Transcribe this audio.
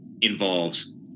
involves